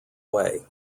way